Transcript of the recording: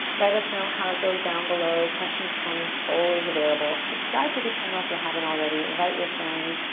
let us know how it goes down below. questions, comments always available. subscribe to the channel if you haven't already. invite your friends,